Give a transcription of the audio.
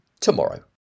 Tomorrow